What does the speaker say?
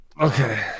Okay